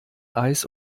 eis